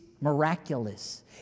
miraculous